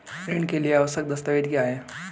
ऋण के लिए आवश्यक दस्तावेज क्या हैं?